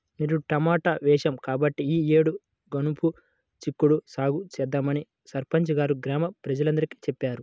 నిరుడు టమాటా వేశాం కాబట్టి ఈ యేడు గనుపు చిక్కుడు సాగు చేద్దామని సర్పంచి గారు గ్రామ ప్రజలందరికీ చెప్పారు